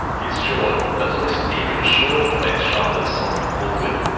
he's short, but looks even shorter the way his shoulders slump forward.